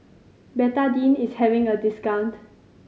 Betadine is having a discount